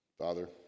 Father